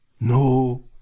no